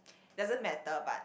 doesn't matter but